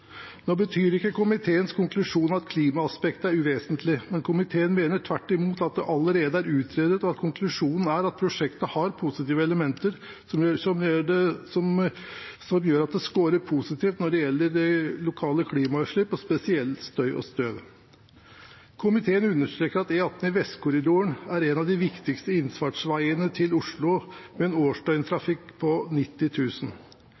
betyr ikke at klimaaspektet er uvesentlig, men komiteen mener tvert imot at det allerede er utredet, og konklusjonen er at prosjektet har positive elementer som gjør at det skårer positivt når det gjelder lokale klimautslipp, spesielt støy og støv. Komiteen understreker at E18 Vestkorridoren er en av de viktigste innfartsveiene til Oslo, med en